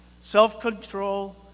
self-control